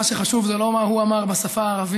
מה שחשוב זה לא מה הוא אמר בשפה הערבית,